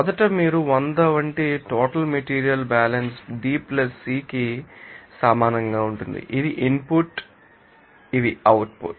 మొదట మీరు 100 వంటి total material balance D C కి సమానంగా ఉంటుంది ఇది ఇన్పుట్ ఇవి అవుట్పుట్